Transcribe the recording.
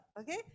Okay